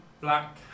black